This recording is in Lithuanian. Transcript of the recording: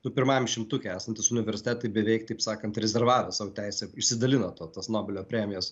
nu pirmam šimtuke esantys universitetai beveik taip sakant rezervavę sau teisę išsidalino tas nobelio premijas